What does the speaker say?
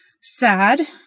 sad